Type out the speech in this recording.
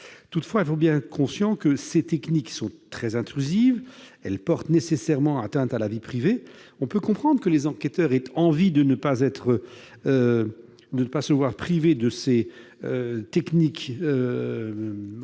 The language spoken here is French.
Toutefois, il faut être bien conscient que ces techniques sont très intrusives. Elles portent nécessairement atteinte à la vie privée. On peut comprendre que les enquêteurs aient envie de ne pas en être privés dans le cadre